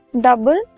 double